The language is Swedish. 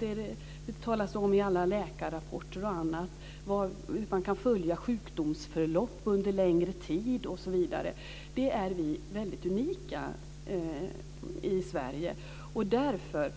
De gör att man i alla läkarrapporter och annat kan följa sjukdomsförlopp under längre tid. Där är vi unika i Sverige. Därför